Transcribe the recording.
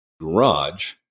garage